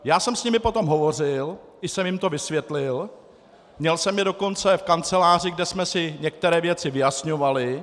Já jsem s nimi potom hovořil i jsem jim to vysvětlil, měl jsem je dokonce v kanceláři, kde jsme si některé věci vyjasňovali.